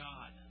God